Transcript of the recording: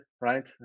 right